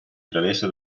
travessa